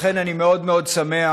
לכן אני מאוד מאוד שמח,